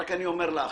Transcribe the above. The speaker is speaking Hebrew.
אני אומר לך,